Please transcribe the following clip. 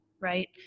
right